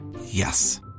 yes